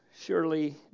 surely